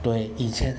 对以前